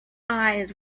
eyes